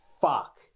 fuck